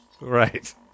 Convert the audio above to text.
Right